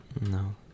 no